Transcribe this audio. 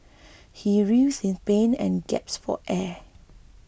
he writhed in pain and gasped for air